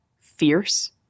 fierce